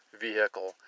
vehicle